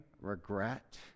regret